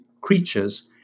creatures